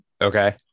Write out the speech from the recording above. okay